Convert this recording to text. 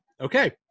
Okay